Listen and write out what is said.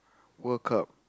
World Cup